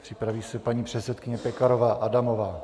Připraví se paní předsedkyně Pekarová Adamová.